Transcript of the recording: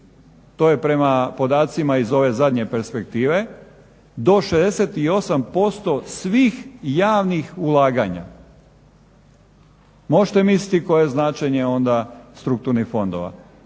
to je prema podacima iz ove zadnje perspektive do 68% svih javnih ulaganja. Možete misliti koje je značenje onda strukturnih fondova.